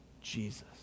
Jesus